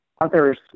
others